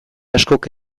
askok